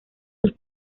sus